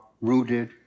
rooted